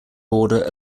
border